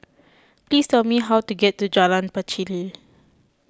please tell me how to get to Jalan Pacheli